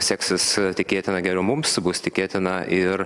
seksis tikėtina geriau mums bus tikėtina ir